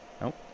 Nope